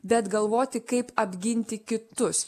bet galvoti kaip apginti kitus